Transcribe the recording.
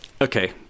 Okay